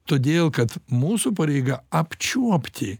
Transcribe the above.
todėl kad mūsų pareiga apčiuopti